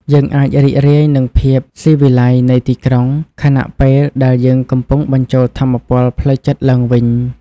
យើងអាចរីករាយនឹងភាពស៊ីវិល័យនៃទីក្រុង ខណៈពេលដែលយើងកំពុងបញ្ចូលថាមពលផ្លូវចិត្តឡើងវិញ។